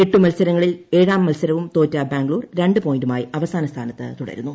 എട്ടു മൽസരങ്ങളിൽ ഏഴാം മൽസരവും തോറ്റ ബാംഗ്ലൂർ രണ്ടു പോയിന്റുമായി അവസാന സ്ഥാനത്തു തുടരുന്നു